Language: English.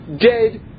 dead